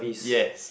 yes